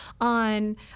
on